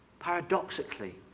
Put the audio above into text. Paradoxically